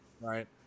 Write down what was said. right